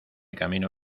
camino